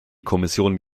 kommission